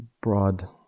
broad